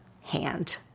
hand